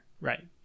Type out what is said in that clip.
Right